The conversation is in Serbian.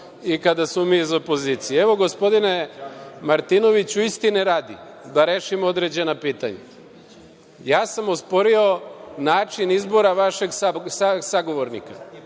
i kada smo mi iz opozicije. Evo, gospodine Martinoviću, istine radi, da rešimo određena pitanja. Ja sam osporio način izbora vašeg sagovornika,